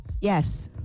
yes